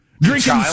Drinking